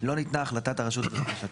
לא ניתנה החלטת הרשות בבקשתו,